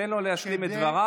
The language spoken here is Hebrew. תן לו להשלים את דבריו,